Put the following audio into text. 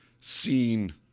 seen